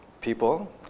people